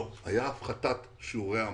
לא, היתה הפחתת שיעורי המס.